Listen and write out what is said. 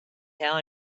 tell